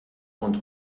und